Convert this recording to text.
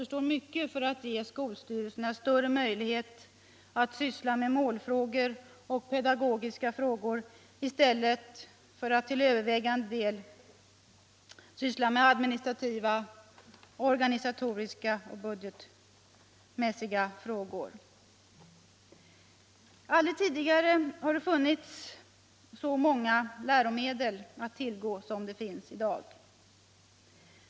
En allt klarare insikt har vuxit fram om att medborgarna måste ha ökad kontakt, insyn och inflytande över skolans verksamhet, om de skall känna och gå in i ett större engagemang för skolan och de mål som innebär en vidgad aktiv demokrati för medborgarna och samhället. SIA förslagen skall ses som ett uttryck för denna klarare instinkt. Men ännu återstår mycket för att ge skolstyrelserna större möjlighet att syssla med målfrågor och pedagogiska frågor i stället för till övervägande del administrativa, organisatoriska och budgetmässiga frågor. Aldrig tidigare har det funnits så många läromedel att tillgå som det finns i dag.